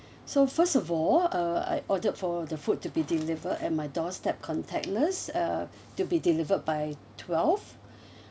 so first of all uh I ordered for the food to be delivered at my doorstep contactless uh to be delivered by twelve